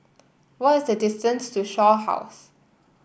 what is the distance to Shaw House